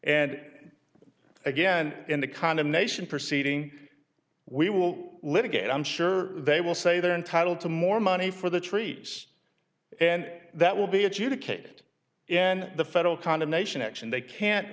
and again in the condemnation proceeding we will litigate i'm sure they will say they're entitled to more money for the treats and that will be adjudicated and the federal condemnation action they can't